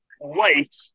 wait